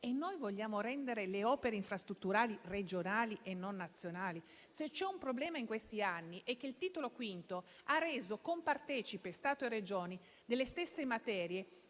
e noi vogliamo rendere le opere infrastrutturali regionali e non nazionali? Se c'è stato un problema in questi anni è che il Titolo V ha reso compartecipi Stato e Regioni delle stesse materie,